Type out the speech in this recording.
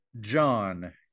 John